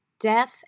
Death